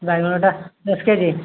ବାଇଗଣଟା ଦଶ K G